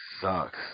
sucks